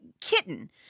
kitten